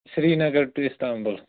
Srinagar to Istanbul